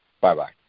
Bye-bye